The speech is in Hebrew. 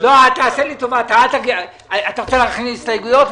--- אתה רוצה להכניס הסתייגויות?